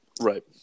right